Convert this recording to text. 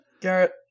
Garrett